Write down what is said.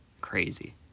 Crazy